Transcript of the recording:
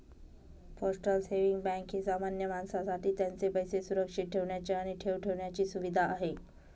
postal saving bank ही सामान्य माणसासाठी त्यांचे पैसे सुरक्षित ठेवण्याची आणि ठेव ठेवण्याची सुविधा आहे